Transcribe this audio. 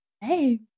Hey